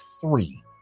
three